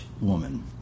woman